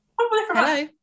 Hello